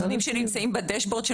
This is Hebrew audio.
אני אשמח שנראה נתונים על היעילות של